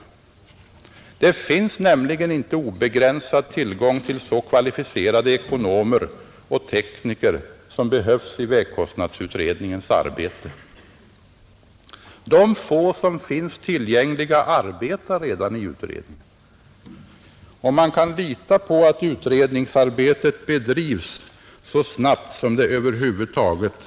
Det Nr 85 finns nämligen inte obegränsad tillgång till så kvalificerade ekonomer och Torsdagen den tekniker som behövs i vägkostnadsutredningens arbete. De få som finns 13 maj 1971 tillgängliga arbetar redan för utredningen. Man kan lita på att utredningg= ———-. arbetet bedrivs så snabbt som det över huvud är möjligt.